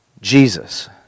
Jesus